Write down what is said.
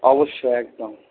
অবশ্যই একদম